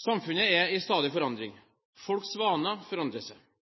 Samfunnet er i stadig forandring. Folks vaner forandrer seg.